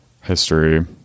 history